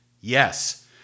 Yes